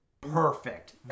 Perfect